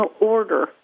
order